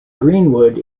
greenwood